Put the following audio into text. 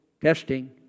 Testing